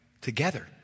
together